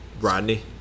Rodney